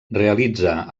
realitza